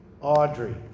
Audrey